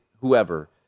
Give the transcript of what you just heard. whoever